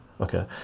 okay